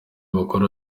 bakora